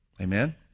Amen